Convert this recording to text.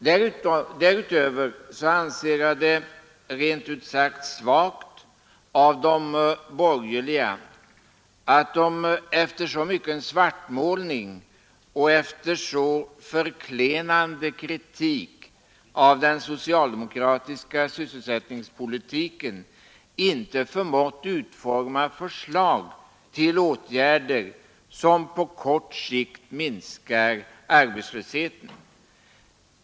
Däremot anser jag det rent ut sagt svagt av de borgerliga att de efter så mycken svartmålning och efter så förklenande kritik av den socialdemokratiska sysselsättningspolitiken inte har förmått utforma förslag till åtgärder, som på kort sikt minskar arbetslösheten.